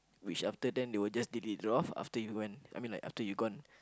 which after then they will just delete draft after you went I mean like after you gone